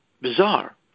bizarre